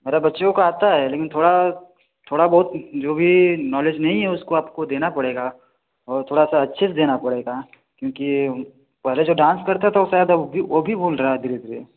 मेरए बच्चों को आता है लेकिन थोड़ा थोड़ा बहुत जो भी नॉलेज नहीं है उसको आपको देना पड़ेगा और थोड़ा सा अच्छे से देना पड़ेगा क्योंकि पहले जो डांस करता था वह शायद अब वह वह भी भूल रहा है धीरे धीरे